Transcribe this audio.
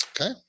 Okay